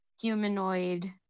humanoid